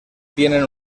tienen